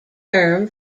term